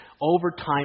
overtime